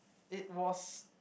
it was